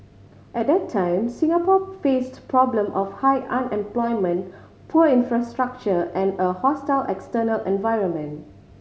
at that time Singapore faced problem of high unemployment poor infrastructure and a hostile external environment